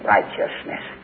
Righteousness